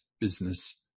business